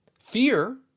Fear